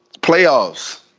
Playoffs